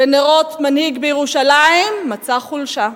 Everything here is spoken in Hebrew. בנרות, מנהיג בירושלים, מצא חולשה.